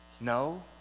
No